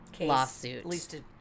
lawsuit